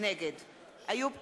נגד איוב קרא,